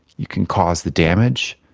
you can cause the damage,